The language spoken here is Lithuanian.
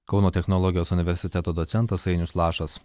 kauno technologijos universiteto docentas ainius lašas